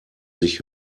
sich